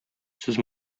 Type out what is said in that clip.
сез